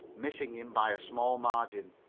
missing him by a small margin.